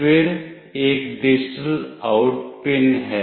फिर एक digital out pin है